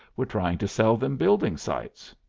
we're trying to sell them building sites.